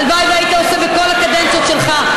הלוואי שהיית עושה בכל הקדנציות שלך,